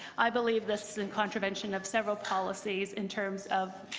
i believe this is in contravention of several policies in terms of